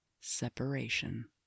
Separation